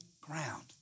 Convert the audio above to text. ground